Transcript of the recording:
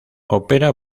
opera